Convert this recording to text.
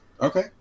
Okay